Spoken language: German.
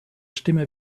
stimme